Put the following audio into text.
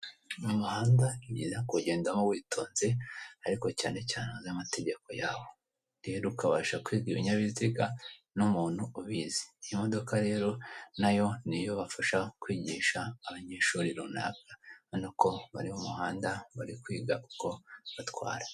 Mu muhanda ni byiza kuwugendamo witonze ariko cyane cyane uba uzi amategeko yaho. Rero ukabasha kwiga ibinyabiziga n'umuntu ubizi iyi modoka rero nayo niyo bafasha kwigisha abanyeshuri runaka urabona ko bari mu muhanda bari kwiga uko batwara.